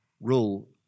rule